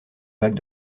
vague